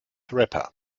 rapper